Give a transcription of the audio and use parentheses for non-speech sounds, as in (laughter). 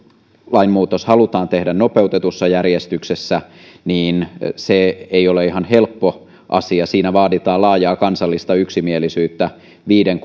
lainmuutos halutaan tehdä nopeutetussa järjestyksessä niin se ei ole ihan helppo asia siinä vaaditaan laajaa kansallista yksimielisyyttä viiden (unintelligible)